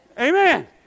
Amen